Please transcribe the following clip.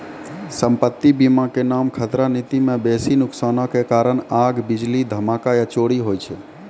सम्पति बीमा के नाम खतरा नीति मे बेसी नुकसानो के कारण आग, बिजली, धमाका या चोरी होय छै